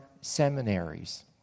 seminaries